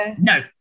no